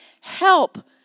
help